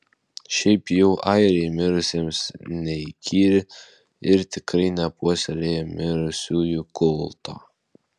šiaip jau airiai mirusiesiems neįkyri ir tikrai nepuoselėja mirusiųjų kulto